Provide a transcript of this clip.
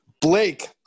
blake